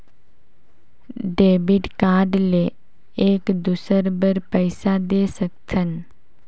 Debit card ले एक दुसर बार पइसा दे सकथन?